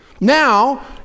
Now